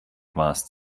warst